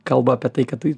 kalbu apie tai kad tai